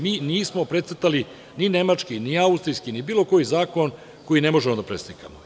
Mi nismo precrtali ni nemački, ni austrijski ni bilo koji zakon koji ne možemo da preslikamo.